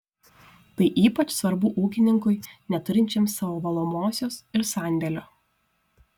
tai ypač svarbu ūkininkui neturinčiam savo valomosios ir sandėlio